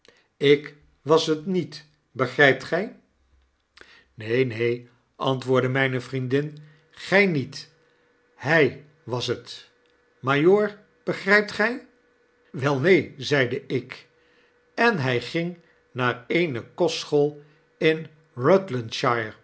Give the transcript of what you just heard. ik was het niet begrypt gij neen neen antwoordde myne vriendin w gg niet hy was het majoor begrijpt gij p wel neen zeide ik en hij ging naar eene kostschool in